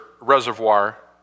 reservoir